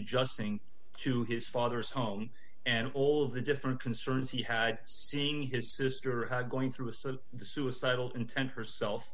adjusting to his father's home and all of the different concerns he had seeing his sister going through a sort of suicidal intent herself